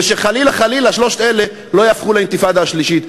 ושחלילה חלילה שלוש אלה לא יהפכו לאינתיפאדה השלישית.